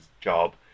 job